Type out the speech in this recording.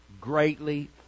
greatly